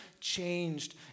changed